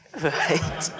Right